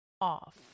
off